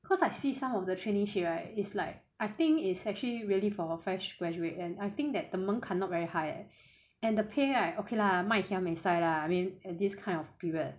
cause I see some of the traineeship right is like I think it's actually really for fresh graduate and I think that the 门槛 not very high eh and the pay right okay lah mai kia buey sai lah I mean at this kind of period